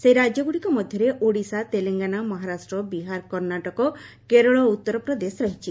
ସେହି ରାଜ୍ୟଗୁଡ଼ିକ ମଧ୍ୟରେ ଓଡ଼ିଶା ତେଲଙ୍ଗାନା ମହାରାଷ୍ଟ୍ର ବିହାର କର୍ଷ୍ଣାଟକ କେରଳ ଓ ଉତ୍ତରପ୍ରଦେଶ ରହିଛି